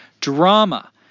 Drama